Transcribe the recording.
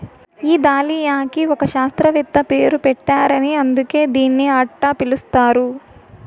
ఈ దాలియాకి ఒక శాస్త్రవేత్త పేరు పెట్టారట అందుకే దీన్ని అట్టా పిలుస్తారు